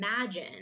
imagine